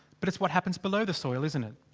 but it's what happens below the soil, isn't it?